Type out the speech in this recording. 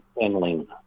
handling